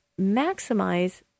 maximize